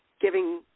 giving